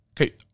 Okay